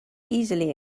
easily